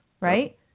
right